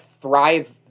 thrive